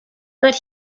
that